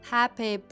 Happy